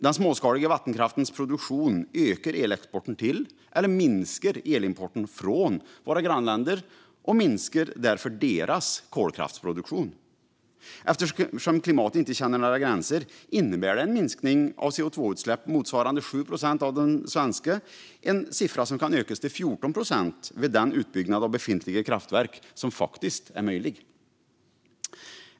Den småskaliga vattenkraftens produktion ökar elexporten till eller minskar elimporten från våra grannländer och minskar därför deras kolkraftsproduktion. Eftersom klimatet inte känner några gränser innebär det en minskning av koldioxidutsläpp motsvarande 7 procent av de svenska, en siffra som kan ökas till 14 procent vid den utbyggnad av befintliga kraftverk som är möjlig.